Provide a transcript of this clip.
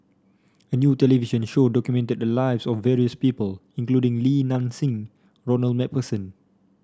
a new television show documented the lives of various people including Li Nanxing Ronald MacPherson